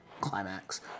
climax